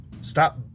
Stop